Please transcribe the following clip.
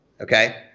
okay